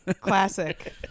Classic